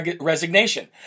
resignation